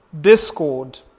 discord